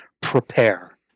prepare